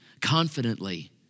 confidently